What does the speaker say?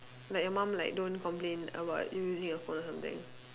like your mum like don't complain about you using your phone or something